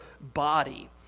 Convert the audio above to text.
body